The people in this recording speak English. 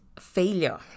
failure